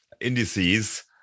indices